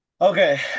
Okay